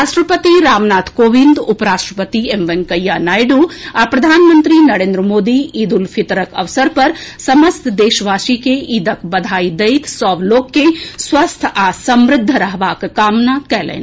राष्ट्रपति रामनाथ कोविंद उप राष्ट्रपति एम वेंकैया नायडू आ प्रधानमंत्री नरेंद्र मोदी ईद उल फितरक अवसर पर समस्त देशवासी के ईदक बधाई दैत सभ लोक के स्वस्थ आ समृद्ध रहबाक कामना कएलनि